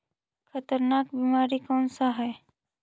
खतरनाक बीमारी कौन सा है?